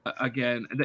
again